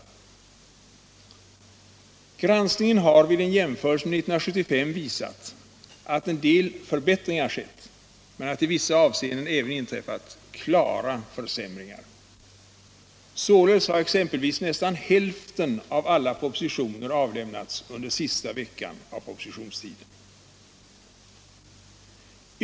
Granskningen har vid en jämförelse med 1975 visat att en del förbättringar skett men att det i vissa avseenden även inträffat klara försämringar. Således har exempelvis nästan hälften av alla propositioner avlämnats under sista veckan av propositionstiden.